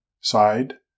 side